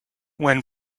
when